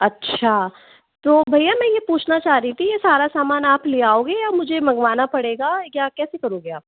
अच्छा तो भैया मैं ये पूछना चाह रही थी ये सारा सामान आप ले आओगे या मुझे मंगवाना पड़ेगा क्या कैसे करोगे आप